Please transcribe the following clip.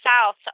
South